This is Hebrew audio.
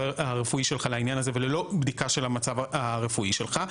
הרפואי שלך לעניין הזה וללא בדיקה של המצב הרפואי שלך,